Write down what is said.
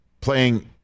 playing